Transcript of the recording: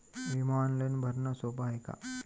बिमा ऑनलाईन भरनं सोप हाय का?